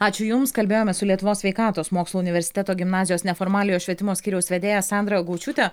ačiū jums kalbėjome su lietuvos sveikatos mokslų universiteto gimnazijos neformaliojo švietimo skyriaus vedėja sandra gaučiūte